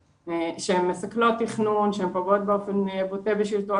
שמסכלות תכנון ופוגעות באופן בוטה בשלטון